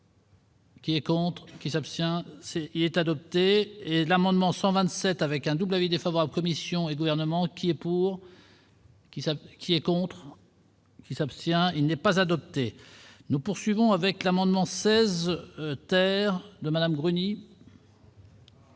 Qui est contre qui s'abstient c'est il est adopté, l'amendement 127 avec un double avis défavorable commission et gouvernements qui est pour. Qui savent qui est contre. Qui s'abstient, il n'est pas adoptée, nous poursuivons avec l'amendement française, terre de Madame Bruni.